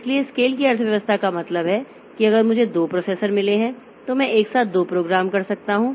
इसलिए स्केल की अर्थव्यवस्था का मतलब है कि अगर मुझे 2 प्रोसेसर मिले हैं तो मैं एक साथ 2 प्रोग्राम कर सकता हूं